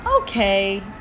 Okay